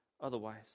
otherwise